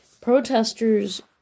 Protesters